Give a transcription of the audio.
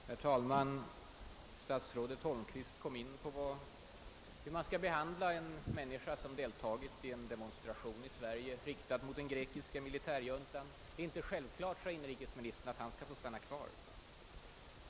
Herr talman! Statsrådet Holmqvist kom in på frågan hur man skall behandla en människa som deltagit i en demonstration i Sverige riktad mot den grekiska militärjuntan. Det är inte självklart, sade inrikesministern, att han skall få stanna kvar.